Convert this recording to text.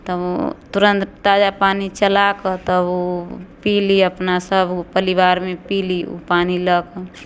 तब तुरन्त ताजा पानी चलाकऽ तब ओ पिली अपना सब परिवारमे पिली ओ पानी लऽ कऽ